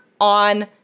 on